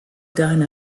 dine